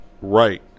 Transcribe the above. Right